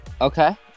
okay